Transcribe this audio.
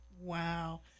Wow